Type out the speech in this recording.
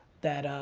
that,